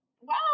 wow